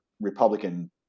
Republican